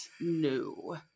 No